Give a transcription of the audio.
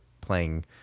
playing